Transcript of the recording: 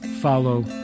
follow